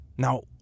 Now